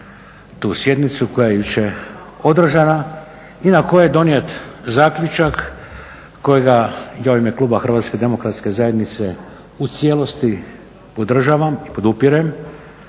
tu sjednicu koja je jučer održana i na kojoj je donijet zaključak kojega ja u ime kluba Hrvatske demokratske zajednice u cijelosti podržavam i podupirem